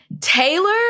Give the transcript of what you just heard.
Taylor